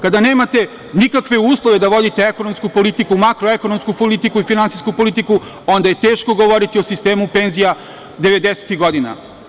Kada nemate nikakve uslove da vodite ekonomsku politiku, makroekonomsku politiku i finansijsku politiku, onda je teško govoriti o sistemu penzija devedesetih godina.